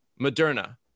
Moderna